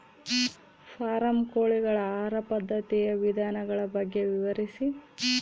Form ಕೋಳಿಗಳ ಆಹಾರ ಪದ್ಧತಿಯ ವಿಧಾನಗಳ ಬಗ್ಗೆ ವಿವರಿಸಿ?